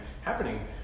happening